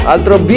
Altro